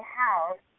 house